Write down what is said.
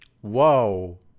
Whoa